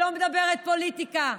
שלא מדברת פוליטיקה,